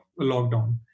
lockdown